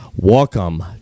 Welcome